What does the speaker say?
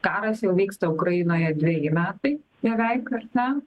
karas jau vyksta ukrainoje dveji metai beveik ar ne